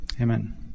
Amen